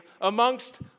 amongst